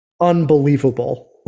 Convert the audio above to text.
unbelievable